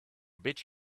bitch